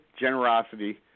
generosity